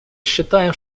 считаем